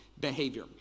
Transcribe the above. behavior